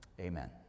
Amen